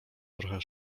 trochę